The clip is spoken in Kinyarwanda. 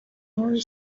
nkuyu